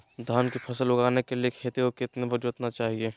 धान की फसल उगाने के लिए खेत को कितने बार जोतना चाइए?